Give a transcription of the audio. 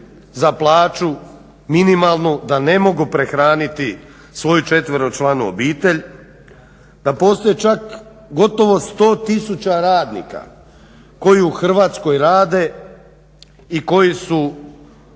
za plaću minimalnu, da ne mogu prehraniti svoju četveročlanu obitelj, da postoje čak gotovo 100000 radnika koji u Hrvatskoj rade i koji su